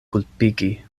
kulpigi